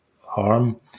harm